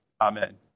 amen